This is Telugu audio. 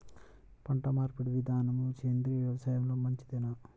పంటమార్పిడి విధానము సేంద్రియ వ్యవసాయంలో మంచిదేనా?